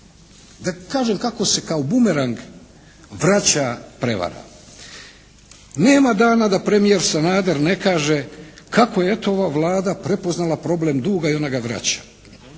Da kažem kako se kao bumerang vraća prevara. Nema dana da premijer Sanader ne kaže kako je eto ova Vlada prepoznala problem duga i ona ga vraća,